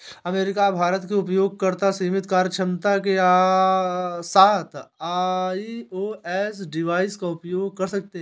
America, Bharat के उपयोगकर्ता सीमित कार्यक्षमता के साथ आई.ओ.एस डिवाइस का उपयोग कर सकते हैं